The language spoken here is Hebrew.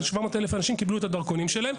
700,000 אנשים קיבלו את הדרכונים שלהם.